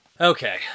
Okay